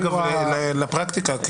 לפרקטיקה,